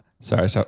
Sorry